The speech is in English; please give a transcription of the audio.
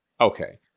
Okay